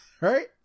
Right